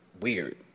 weird